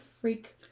freak